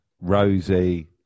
rosie